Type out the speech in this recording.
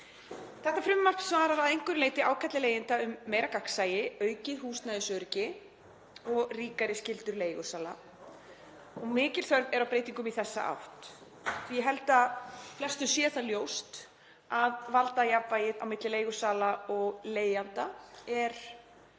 Þetta frumvarp svarar að einhverju leyti ákalli leigjenda um meira gagnsæi, aukið húsnæðisöryggi og ríkari skyldur leigusala. Mikil þörf er á breytingum í þessa átt því ég held að flestum sé það ljóst að í valdajafnvægi á milli leigusala og leigjanda halli